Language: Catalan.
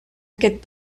aquest